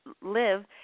live